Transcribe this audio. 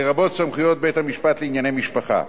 לרבות סמכויות בית-המשפט לענייני משפחה.